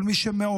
כל מי שמעודד,